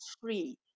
free